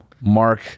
Mark